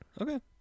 Okay